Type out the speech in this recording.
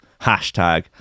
hashtag